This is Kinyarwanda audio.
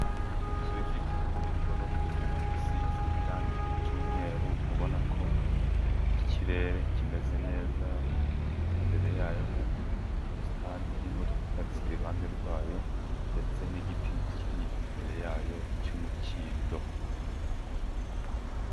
Inzu ifite amagorofa isize irangi ry'mweru ubona ko ikirere kimeze neza, imbere yayo hari ubusitani n'imodoka iparitse iruhande rwayo ndetse n'igiti kiri imbere yayo cy'umukindo.